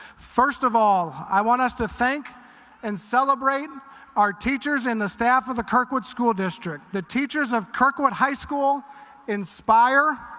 first of all, i want us to thank and celebrate our teachers and staff of the kirkwood school district. the teachers of kirkwood high school inspire,